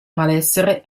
malessere